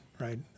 right